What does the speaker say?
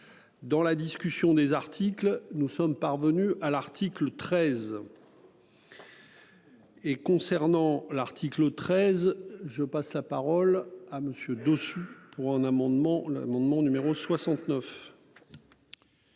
Dans la discussion des articles. Nous sommes parvenus à l'article 13. Et concernant l'article 13 je passe la parole à monsieur dessus pour un amendement l'amendement numéro 69.